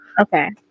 Okay